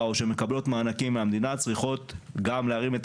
או שמקבלות מענקים מהמדינה צריכות גם להרים את